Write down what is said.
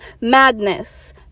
Madness